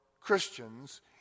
Christians